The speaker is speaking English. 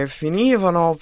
finivano